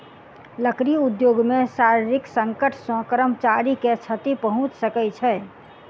लकड़ी उद्योग मे शारीरिक संकट सॅ कर्मचारी के क्षति पहुंच सकै छै